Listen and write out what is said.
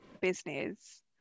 business